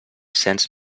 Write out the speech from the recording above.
cents